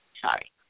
Sorry